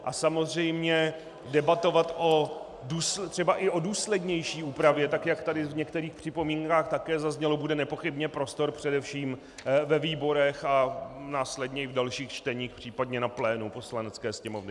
A samozřejmě debatovat třeba i o důslednější úpravě, tak jak tady v některých připomínkách také zaznělo, bude nepochybně prostor především ve výborech a následně i v dalších čteních, případně na plénu Poslanecké sněmovny.